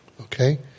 Okay